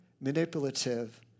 manipulative